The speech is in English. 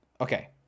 Okay